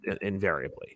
invariably